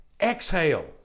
exhale